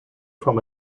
from